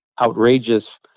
outrageous